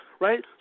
right